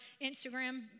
Instagram